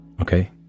Okay